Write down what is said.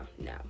no